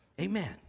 Amen